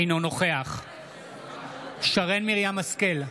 אינו נוכח שרן מרים השכל,